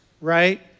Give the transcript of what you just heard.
Right